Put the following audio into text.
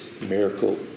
miracle